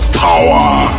power